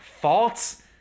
faults